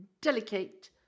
delicate